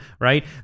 right